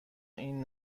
این